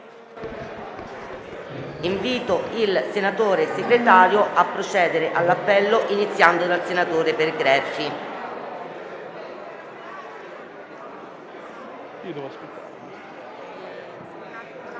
Invito il senatore Segretario a procedere all'appello, iniziando dalla senatrice Pergreffi.